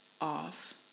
off